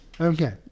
okay